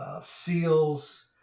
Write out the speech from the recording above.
seals